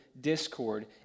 discord